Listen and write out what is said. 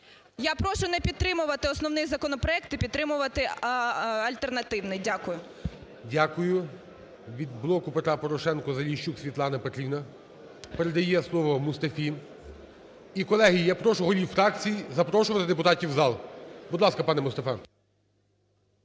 Я прошу не підтримувати основний законопроект, а підтримувати альтернативний. Дякую. ГОЛОВУЮЧИЙ. Дякую. Від "Блоку Петра Порошенка" Заліщук Світлана Петрівна. Передає слово Мустафі. І, колеги, я прошу голів фракцій запрошувати депутатів в зал. Будь ласка, пане Мустафа.